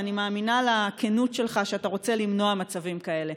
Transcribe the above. ואני מאמינה לכנות שלך שאתה רוצה למנוע מצבים כאלה.